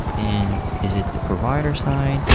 and is it the provider side,